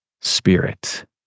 spirit